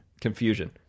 Confusion